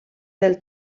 del